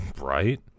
right